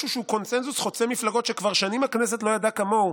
משהו שהוא קונסנזוס חוצה מפלגות שכבר שנים הכנסת לא ידעה כמוהו,